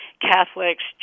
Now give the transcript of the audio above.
Catholics